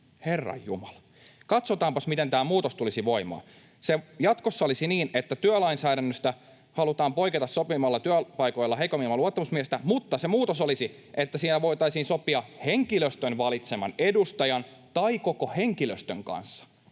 Herranjumala. Katsotaanpas, miten tämä muutos tulisi voimaan. Jatkossa olisi niin, että työlainsäädännöstä halutaan poiketa sopimalla työpaikoilla heikommin ilman luottamusmiestä, mutta se muutos olisi, että siinä voitaisiin sopia henkilöstön valitseman edustajan tai koko henkilöstön kanssa.